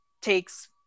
takes